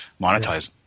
monetize